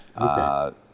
Okay